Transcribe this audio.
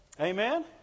Amen